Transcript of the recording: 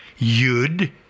Yud